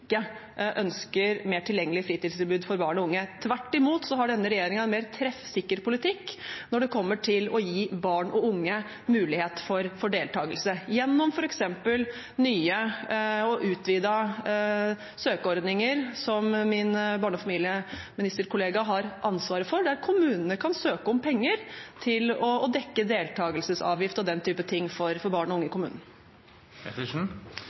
ønsker mer tilgjengelige fritidstilbud for barn og unge. Tvert imot har denne regjeringen en mer treffsikker politikk når det gjelder å gi barn og unge mulighet for deltakelse, f.eks. gjennom nye og utvidede søkeordninger – som min barne- og familieministerkollega har ansvaret for – der kommunene kan søke om penger til å dekke deltakelsesavgift og den type ting for barn og unge i